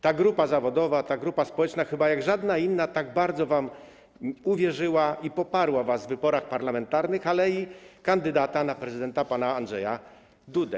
Ta grupa zawodowa, ta grupa społeczna, chyba jak żadna inna, tak bardzo wam uwierzyła i poparła was w wyborach parlamentarnych, ale i kandydata na prezydenta pana Andrzeja Dudę.